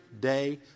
day